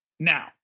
Now